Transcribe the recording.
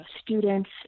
students